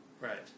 Right